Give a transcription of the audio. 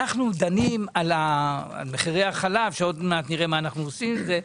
אנחנו דנים על מחירי החלב ועוד מעט נראה מה אנחנו עושים עם זה,